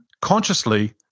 consciously